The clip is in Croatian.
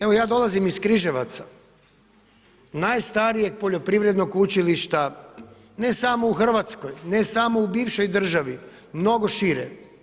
Evo ja dolazim iz Križevaca, najstarijeg poljoprivrednog učilišta ne samo u Hrvatskoj, ne samo u bivšoj državi, mnogo šire.